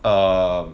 err